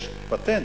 יש פטנט,